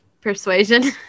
persuasion